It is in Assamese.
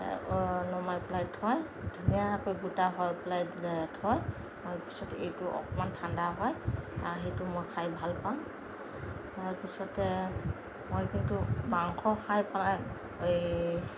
নমাই পেলাই থয় ধুনীয়াকৈ বুটা হৈ পেলাই থয় তাৰ পিছত এইটো অকমান ঠাণ্ডা হয় আৰু সেইটো মই খাই ভালপাওঁ তাৰ পিছতে মই কিন্তু মাংস খাই পেলাই এই